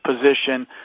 position